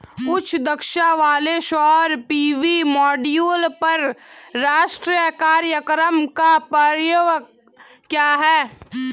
उच्च दक्षता वाले सौर पी.वी मॉड्यूल पर राष्ट्रीय कार्यक्रम का परिव्यय क्या है?